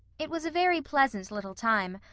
it was a very pleasant little time,